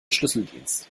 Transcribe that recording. schlüsseldienst